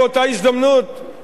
ולא הוכחשו הדברים,